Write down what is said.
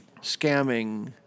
scamming